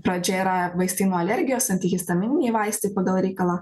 pradžia yra vaistai nuo alergijos antihistamininiai vaistai pagal reikalą